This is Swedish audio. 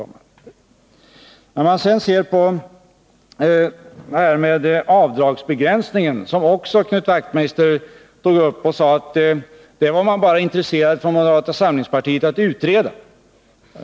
Knut Wachtmeister tog också upp avdragsbegränsningen och sade att den var moderata samlingspartiet bara intresserat av att utreda.